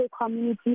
community